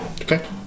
Okay